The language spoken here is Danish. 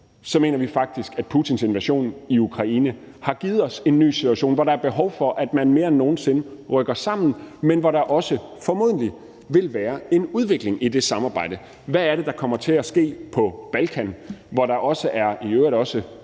så mener vi faktisk, at Putins invasion i Ukraine har givet os en ny situation, hvor der er behov for, at man mere end nogen sinde rykker sammen, men hvor der også, formodentlig, vil være en udvikling i det samarbejde. Hvad er det, der kommer til at ske på Balkan, hvor der – i øvrigt også